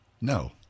No